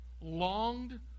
Longed